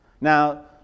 Now